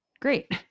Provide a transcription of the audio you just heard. great